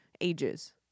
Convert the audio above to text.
ages